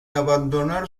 abandonar